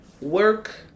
Work